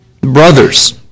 Brothers